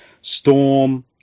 Storm